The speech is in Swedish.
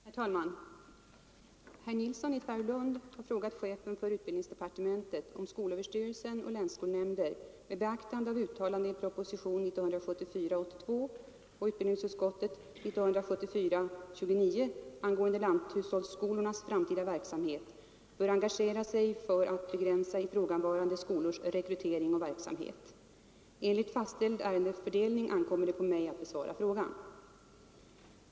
Herr talman! Herr Nilsson i Tvärålund har frågat utbildningsministern, om skolöverstyrelsen och länsskolnämnder — med beaktande av uttalande i propositionen 82 år 1974 och utbildningsutskottets betänkande nr 29 år 1974 angående lanthushållsskolornas framtida verksamhet — bör engagera sig för att begränsa ifrågavarande skolors rekrytering och verksamhet. Enligt fastställd ärendefördelning ankommer det på mig att besvara frågan.